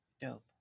Dope